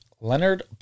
Leonard